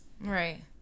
Right